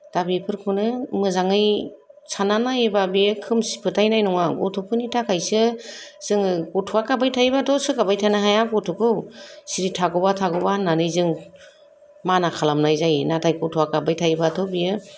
दा बेफोरखौनो मोजाङै सान्ना नायोबा बे खोमसि फोथायनाय नङा गथ'फोरनि थाखायसो जोङो गथ'वा गाब्बाय थाबाथ' सोगाब्बाय थानो हाया गथ'खौ सिरि थागौबा थागौ होन्नानै जों माना खालामनाय जायो नाथाय गथ'वा गाब्बाय थायोबाथ' बेयो